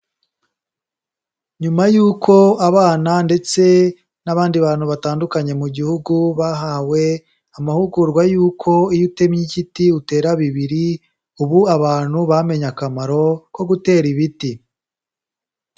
Nyuma yuko abana ndetse n'abandi bantu batandukanye mu gihugu bahawe amahugurwa y'uko iyo utemye igiti utera bibiri, ubu abantu bamenye akamaro ko gutera ibiti.